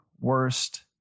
worst